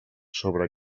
sobre